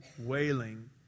wailing